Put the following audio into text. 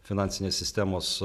finansinės sistemos